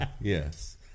yes